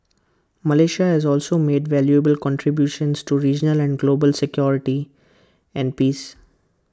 Malaysia has also made valuable contributions to regional and global security and peace